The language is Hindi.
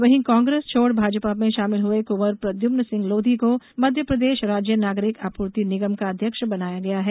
वहीं कांग्रेस छोड़ भाजपा में शामिल हए कूँवर प्रद्यम्न सिंह लोधी को मध्यप्रदेश राज्य नागरिक आपूर्ति निगम का अध्यक्ष बनाया गया है